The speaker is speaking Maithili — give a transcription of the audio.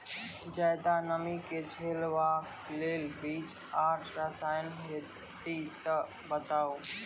ज्यादा नमी के झेलवाक लेल बीज आर रसायन होति तऽ बताऊ?